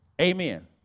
Amen